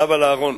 עליו ועל אהרן.